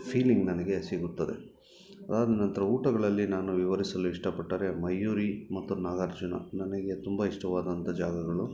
feeling ನನಗೆ ಸಿಗುತ್ತದೆ ಅದಾದ ನಂತರ ಊಟಗಳಲ್ಲಿ ನಾನು ವಿವರಿಸಲು ಇಷ್ಟಪಟ್ಟರೆ ಮಯೂರಿ ಮತ್ತು ನಾಗಾರ್ಜುನ ನನಗೆ ತುಂಬ ಇಷ್ಟವಾದಂಥ ಜಾಗಗಳು